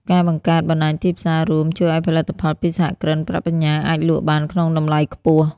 ការបង្កើត "បណ្ដាញទីផ្សាររួម" ជួយឱ្យផលិតផលពីសហគ្រិនប្រាក់បញ្ញើអាចលក់បានក្នុងតម្លៃខ្ពស់។